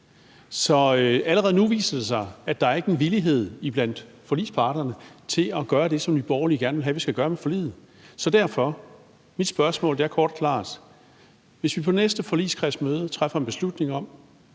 Så allerede nu viser det sig, at der ikke er nogen villighed blandt forligsparterne til at gøre det med forliget, som Nye Borgerlige gerne vil have, vi skal gøre. Så derfor er mit spørgsmål kort og klart: Hvis vi på næste forligskredsmøde træffer en beslutning om,